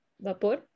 vapor